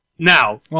Now